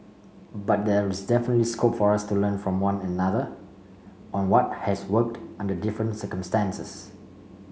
but there is definitely scope for us to learn from one another on what has worked under different circumstances